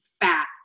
fat